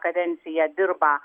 kadenciją dirba